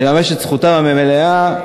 לממש את זכותם המלאה.